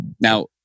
Now